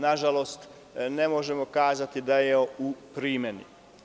Na žalost, ne možemo kazati da je on u primeni.